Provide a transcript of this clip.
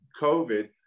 covid